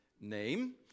name